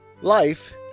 Life